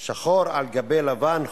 היא חלק מהדה-לגיטימציה של מדינת ישראל.